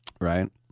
Right